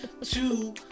Two